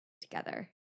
together